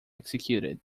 executed